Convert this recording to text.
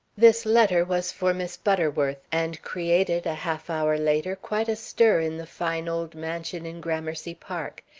this letter was for miss butterworth, and created, a half-hour later, quite a stir in the fine old mansion in gramercy park.